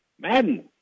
Madden